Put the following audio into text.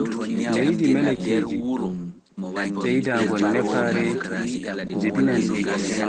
Liɗɗi maleykaaji, Ɓeydagol nafoore jibinannde